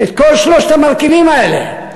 כל שלושת המרכיבים האלה.